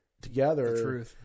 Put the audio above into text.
together